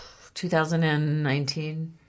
2019